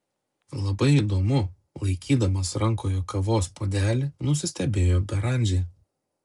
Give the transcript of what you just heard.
labai įdomu laikydamas rankoje kavos puodelį nusistebėjo beranžė